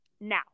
Now